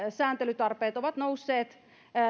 sääntelytarpeet ovat nousseet